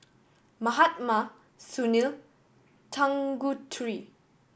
Mahatma Sunil Tanguturi